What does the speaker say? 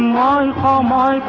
la and um la